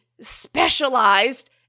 specialized